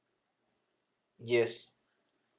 yes